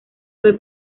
fue